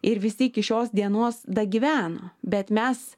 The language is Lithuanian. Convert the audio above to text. ir visi iki šios dienos dagyveno bet mes